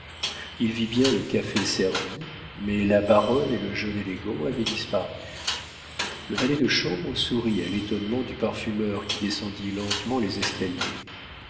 il vit bien le café servi mais la baronne et le jeune élégant avaient disparu le valet de chambre sourit à l'étonnement du parfumeur qui descendit lentement les escaliers